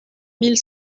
mille